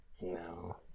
no